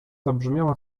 zabrzmiała